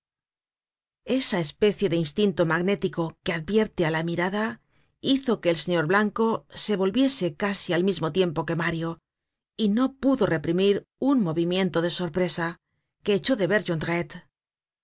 esa especie de instinto magnético que advierte á la mirada hizo que el señor blanco se volviese casi al mismo tiempo que mario y no pudo reprimir un movimiento de sorpresa que echó de ver